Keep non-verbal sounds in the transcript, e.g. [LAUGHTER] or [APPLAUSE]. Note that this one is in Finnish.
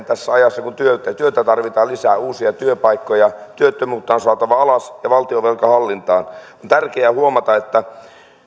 [UNINTELLIGIBLE] tässä ajassa kun työtä tarvitaan lisää uusia työpaikkoja työttömyyttä on saatava alas ja valtionvelka hallintaan on tärkeää huomata että